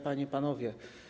Panie i Panowie!